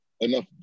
enough